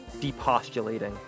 depostulating